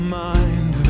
mind